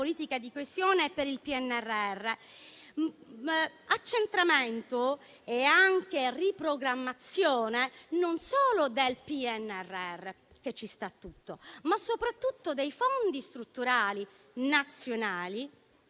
di coesione e il PNRR. L'accentramento e anche la riprogrammazione non riguardano però solo il PNRR, che ci sta tutto, ma soprattutto i fondi strutturali nazionali